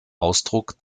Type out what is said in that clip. ausdruck